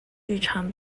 剧场